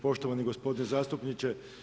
Poštovani gospodine zastupniče.